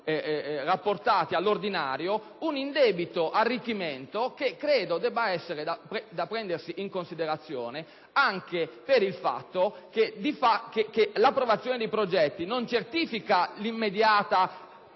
rapportati all'ordinario, un indebito arricchimento che credo debba essere preso in considerazione anche per il fatto che l'approvazione dei progetti non certifica l'immediata